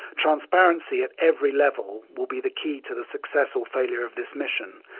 transparency at every level will be the key to the success or failure of this mission,